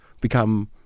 become